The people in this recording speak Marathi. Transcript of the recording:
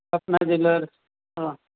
ज्वेलर हां